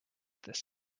this